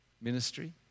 ministry